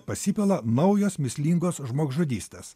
pasipila naujos mįslingos žmogžudystės